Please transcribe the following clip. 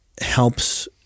helps